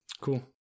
Cool